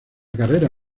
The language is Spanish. carrera